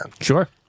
Sure